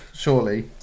Surely